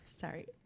sorry